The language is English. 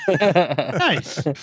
Nice